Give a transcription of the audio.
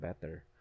better